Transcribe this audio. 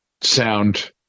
sound